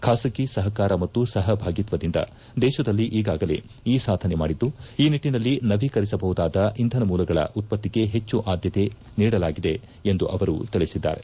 ಖಾಸಗೀ ಅವರ ಸಹಕಾರ ಮತ್ತು ಸಹಭಾಗಿತ್ತದಿಂದ ದೇಶದಲ್ಲಿ ಈಗಾಗಲೇ ಈ ಸಾಧನೆ ಮಾಡಿದ್ದು ಈ ನಿಟ್ಟನಲ್ಲಿ ನವೀಕರಿಸಬಹುದಾದ ಇಂಧನ ಮೂಲಗಳ ಉತ್ಪತ್ತಿಗೆ ಹೆಚ್ಚು ಆದ್ದತೆ ನೀಡಲಾಗಿದೆ ಎಂದು ಅವರು ತಿಳಿಸಿದ್ದಾರೆ